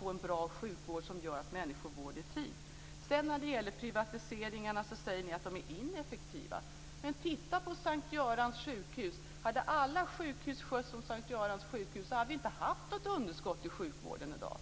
för en bra sjukvård som gör att människor får vård i tid. När det gäller privatiseringarna säger ni att de är ineffektiva. Men titta på S:t Görans sjukhus! Om alla sjukhus hade skötts som S:t Göran skulle vi inte ha något underskott i sjukvården i dag.